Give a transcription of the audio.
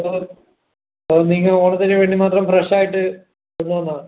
നിങ്ങൾ ഓണത്തിനുവേണ്ടി മാത്രം ഫ്രഷായിട്ടു കൊണ്ടുവന്നതാണ്